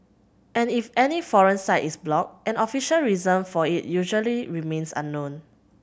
and if any foreign site is blocked an official reason for it usually remains unknown